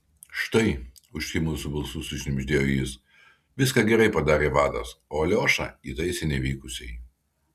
štai užkimusiu balsu sušnibždėjo jis viską gerai padarė vadas o aliošą įtaisė nevykusiai